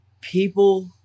people